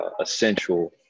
essential